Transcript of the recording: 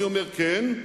אני אומר: כן,